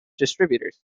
distributors